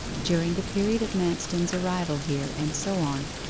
during the period of manston's arrival here, and so on,